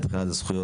מבחינת הזכויות.